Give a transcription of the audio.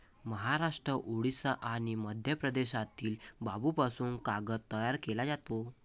महाराष्ट्र, ओडिशा आणि मध्य प्रदेशातील बांबूपासून कागद तयार केला जातो